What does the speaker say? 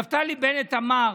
נפתלי בנט אמר,